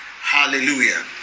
Hallelujah